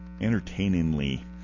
entertainingly